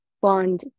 bond